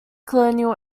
colonial